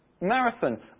Marathon